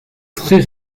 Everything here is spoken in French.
très